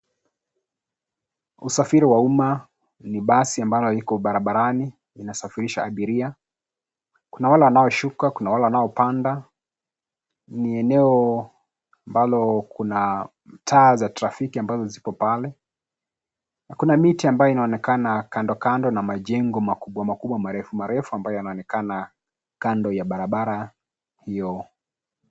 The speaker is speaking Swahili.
Usafiri wa umma ni basi ambalo liko barabarani linasafirisha abiria. Kuna wale wanaoshuka, kuna wale wanaopanda. Ni eneo ambalo kuna taa za trafiki ambazo zipo pale, na kuna miti ambayo inaonekana kando kando na majengo makubwa makubwa marefu marefu ambayo yanaonekana kando ya barabara hiyo.